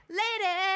lady